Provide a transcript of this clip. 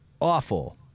awful